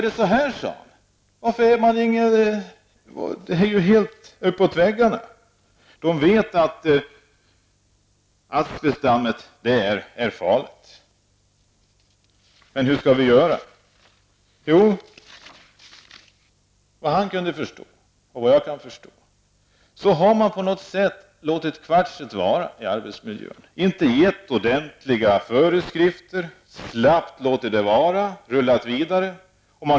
Det var ju helt uppåt väggarna. Man visste att asbestmaterialet var farligt, men hur skulle man göra. Efter vad både skyddsombudet och jag kan förstå har man på något sätt tillåtit kvarts i arbetsmiljön. Man har inte givit ut ordentliga föreskrifter utan slappt låtit det vara och rullat vidare.